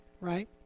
right